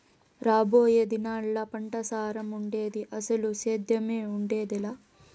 రాబోయే దినాల్లా పంటసారం ఉండేది, అసలు సేద్దెమే ఉండేదెలా